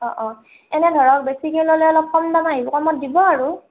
অঁ অঁ এনে ধৰক বেছিকৈ ল'লে অলপ কম দাম আহিব কমত দিব আৰু